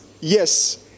yes